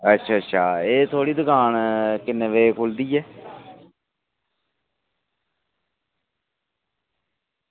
अच्छा अच्छा एह् थुआढ़ी दुकान किन्ने बज्जे खुल्लदी ऐ